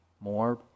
more